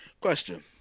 Question